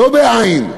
לא בעי"ן,